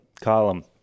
column